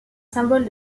symbole